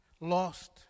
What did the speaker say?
lost